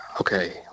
Okay